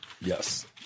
Yes